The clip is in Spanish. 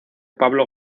pablo